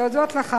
להודות לך